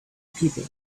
people